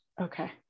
Okay